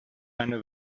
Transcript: eine